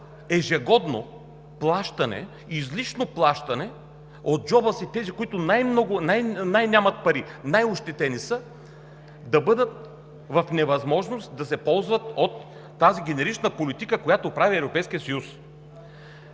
ежегодно плащане, излишно плащане от джоба на тези, които най нямат пари и са най-ощетени, и са в невъзможност да се ползват от тази генерична политика, която прави